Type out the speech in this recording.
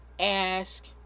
Ask